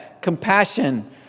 compassion